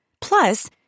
Plus